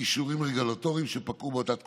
אישורים רגולטוריים שפקעו באותה תקופה,